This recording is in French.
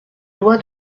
loi